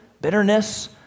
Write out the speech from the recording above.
bitterness